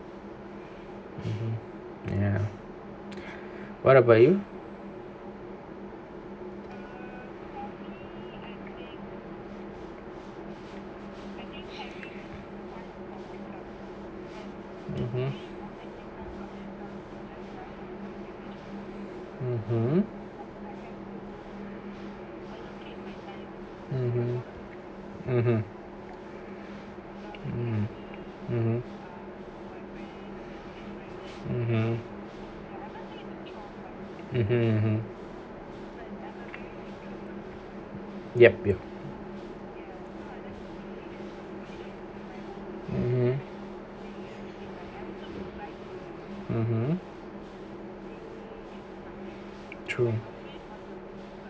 (uh huh) ya what about you (uh huh) um (uh huh) yup yup (uh huh) true